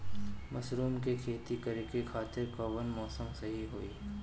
Mushroom के खेती करेके खातिर कवन मौसम सही होई?